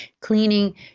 cleaning